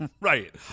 Right